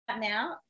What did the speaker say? now